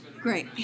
Great